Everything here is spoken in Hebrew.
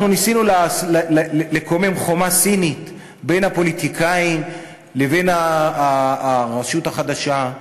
אנחנו ניסינו לקומם חומה סינית בין הפוליטיקאים לבין הרשות החדשה,